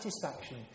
satisfaction